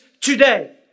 today